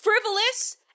frivolous